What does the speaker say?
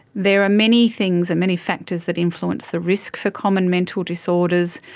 there are many things and many factors that influence the risk for common mental disorders.